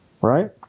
right